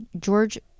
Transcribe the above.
George